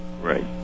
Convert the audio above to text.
Right